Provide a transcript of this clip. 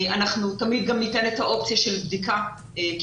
אנחנו תמיד גם ניתן האופציה של בדיקה כי